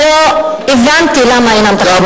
אני לא הבנתי למה אינם תחרותיים.